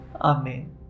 Amen